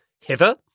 Hither